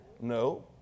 No